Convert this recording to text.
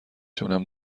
تونم